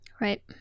Right